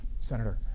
senator